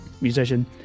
musician